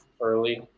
early